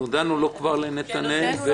אנחנו הודינו כבר לנתנאל.